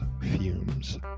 fumes